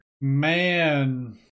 Man